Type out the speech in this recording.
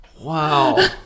Wow